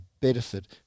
benefit